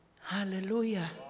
Hallelujah